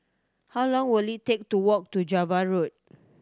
how long will it take to walk to Java Road